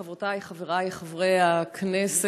חברותי, חברי, חברי הכנסת,